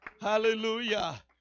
hallelujah